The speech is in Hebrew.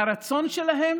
מהרצון שלהם